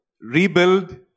Rebuild